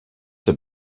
have